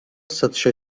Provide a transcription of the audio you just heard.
satışa